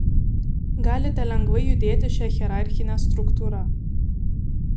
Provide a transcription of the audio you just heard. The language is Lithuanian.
galite lengvai judėti šia hierarchine struktūra